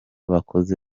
bakoze